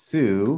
Sue